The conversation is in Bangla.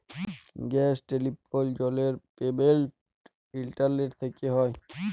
গ্যাস, টেলিফোল, জলের পেমেলট ইলটারলেট থ্যকে হয়